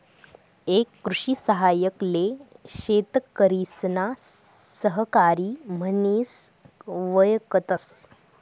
एक कृषि सहाय्यक ले शेतकरिसना सहकारी म्हनिस वयकतस